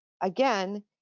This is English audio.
Again